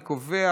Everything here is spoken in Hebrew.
אני קובע